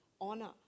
honor